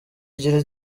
igira